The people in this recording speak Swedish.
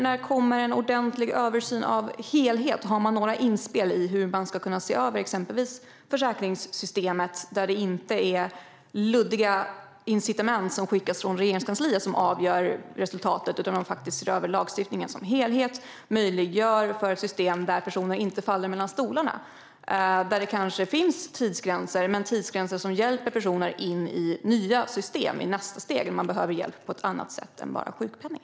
När kommer det en ordentlig översyn av helheten? Finns det några inspel i hur man ska se över exempelvis försäkringssystemet där det inte är luddiga incitament som skickas från Regeringskansliet som avgör resultatet? Tänker man se över lagstiftningen som helhet och möjliggöra för ett system där personer inte faller mellan stolarna? Det kan finnas tidsgränser, men tidsgränser som kan hjälpa personer in i nya system, i nästa steg där man behöver hjälp på annat sätt än bara sjukpenning.